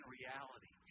reality